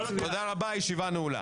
תודה רבה הישיבה נעולה.